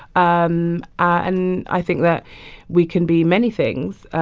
um and i think that we can be many things,